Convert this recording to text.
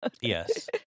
yes